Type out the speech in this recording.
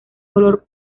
olor